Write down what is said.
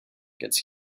gets